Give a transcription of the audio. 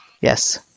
Yes